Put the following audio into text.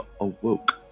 awoke